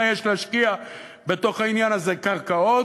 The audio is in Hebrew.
יש להשקיע בתוך העניין הזה קרקעות,